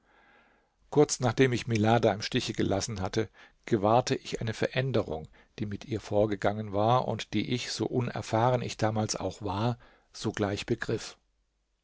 kurz nachdem ich milada im stiche gelassen hatte gewahrte ich eine veränderung die mit ihr vorgegangen war und die ich so unerfahren ich damals auch war sogleich begriff